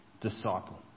disciple